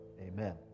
amen